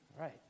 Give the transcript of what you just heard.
Right